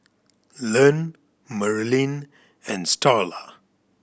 Len Merlene and Starla